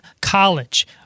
college—